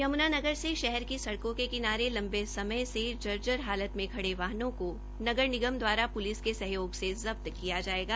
यमुनानगर से शहर की सड़कों के किनारे लंबे समय से जर्जर हालत में खड़े वाहनों को नगर निगम द्वारा प्लिस के सहयोग से जब्त किया जायेगा